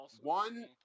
one